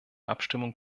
abstimmung